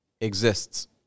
exists